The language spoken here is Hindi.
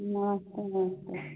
नमस्ते मैम साहब